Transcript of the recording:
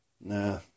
Nah